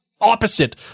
opposite